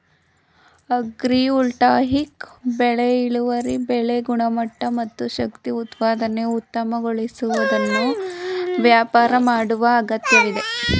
agrivoltaic ಬೆಳೆ ಇಳುವರಿ ಬೆಳೆ ಗುಣಮಟ್ಟ ಮತ್ತು ಶಕ್ತಿ ಉತ್ಪಾದನೆ ಉತ್ತಮಗೊಳಿಸುವುದನ್ನು ವ್ಯಾಪಾರ ಮಾಡುವ ಅಗತ್ಯವಿದೆ